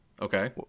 okay